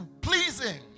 pleasing